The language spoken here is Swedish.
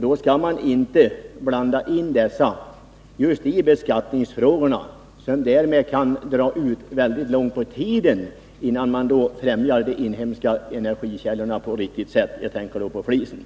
Då bör man inte blanda in sådant som rör dessa energikällor i beskattningsfrågorna, för därmed kan det dra väldigt långt ut på tiden, innan man befrämjar de inhemska energikällorna på ett riktigt sätt. Jag tänker i detta fall på flisen.